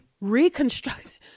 Reconstruct